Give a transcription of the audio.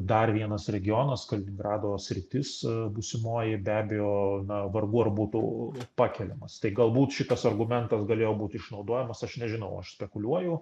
dar vienas regionas kaliningrado sritis būsimoji be abejo na vargu ar būtų pakeliamas tai galbūt šitas argumentas galėjo būti išnaudojamas aš nežinau aš spekuliuoju